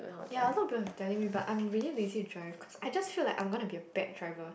ya a lot people have telling me but I'm really lazy drive cause I just feel like I'm gonna be a bad driver